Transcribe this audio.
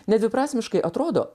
nedviprasmiškai atrodo